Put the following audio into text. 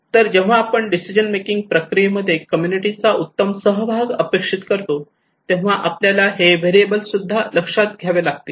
तर जेव्हा आपण डिसिजन मेकिंग प्रक्रियेमध्ये कम्युनिटी चा उत्तम सहभाग अपेक्षित करतो तेव्हा आपल्याला हे व्हेरिएबल सुद्धा लक्षात घ्यावे लागतील